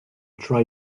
try